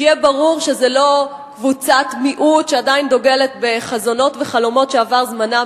שיהיה ברור שזו לא קבוצת מיעוט שעדיין דוגלת בחזונות וחלומות שעבר זמנם.